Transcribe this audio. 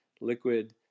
liquid